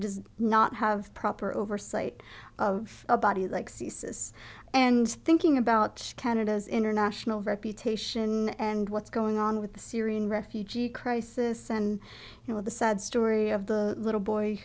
does not have proper oversight of a body like ceases and thinking about canada's international reputation and what's going on with syrian refugee crisis and you know the sad story of the little boy